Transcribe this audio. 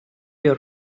your